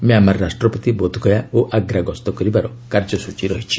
Myanmar ରାଷ୍ଟ୍ରପତି ବୋଧଗୟା ଓ ଆଗ୍ରା ଗସ୍ତ କରିବାର କାର୍ଯ୍ୟସ୍ଚୀ ରହିଛି